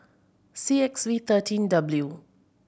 C X V thirteen W